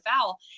foul